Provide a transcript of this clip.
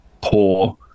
poor